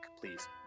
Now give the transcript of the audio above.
please